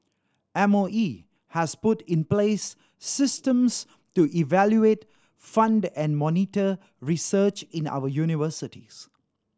M O E has put in place systems to evaluate fund and monitor research in our universities